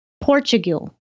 Portugal